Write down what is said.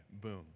boom